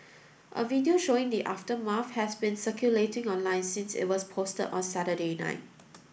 a video showing the aftermath has been circulating online since it was posted on Saturday night